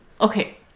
Okay